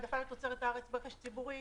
העדפה לתוצרת הארץ ברכש ציבורי,